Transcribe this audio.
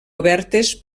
obertes